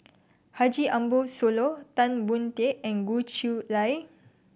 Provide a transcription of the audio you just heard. Haji Ambo Sooloh Tan Boon Teik and Goh Chiew Lye